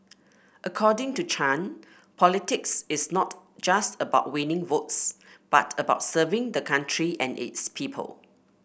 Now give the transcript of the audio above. according to Chan politics is not just about winning votes but about serving the country and its people